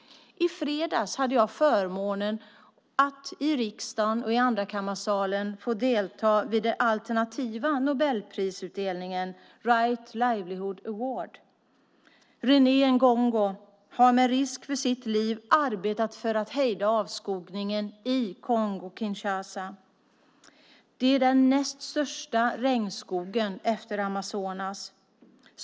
I fredags hade jag förmånen att i riksdagens andrakammarsal få delta vid den alternativa Nobelprisutdelningen, Right Livelihood Award. René Ngongo har med risk för sitt liv arbetat för att hejda avskogningen i Kongo-Kinshasa. Det är den näst största regnskogen efter Amazonas.